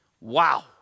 Wow